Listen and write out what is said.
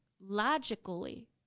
logically